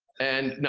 and, no,